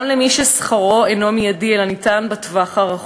גם למי ששכרו אינו מיידי אלא ניתן בטווח הרחוק.